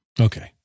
Okay